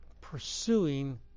pursuing